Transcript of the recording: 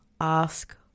Ask